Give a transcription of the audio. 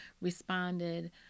responded